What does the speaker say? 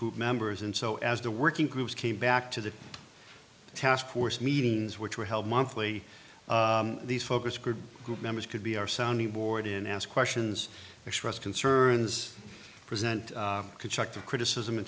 group members and so as the working group came back to the task force meetings which were held monthly these focus group group members could be our sounding board in ask questions express concerns present constructive criticism in